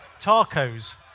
Tacos